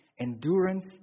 Endurance